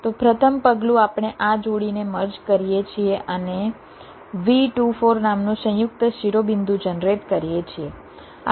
તો પ્રથમ પગલું આપણે આ જોડીને મર્જ કરીએ છીએ અને V24 નામનું સંયુક્ત શિરોબિંદુ જનરેટ કરીએ છીએ